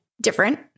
different